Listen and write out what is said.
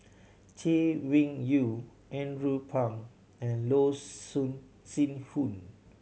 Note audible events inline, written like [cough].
Chay Weng Yew Andrew Phang and Loh [unintelligible] Sin Yun